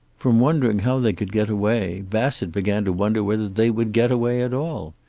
from wondering how they could get away, bassett began to wonder whether they would get away at all.